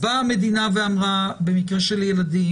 באה המדינה ואמרה שבמקרה של ילדים,